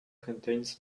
contains